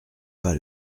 pas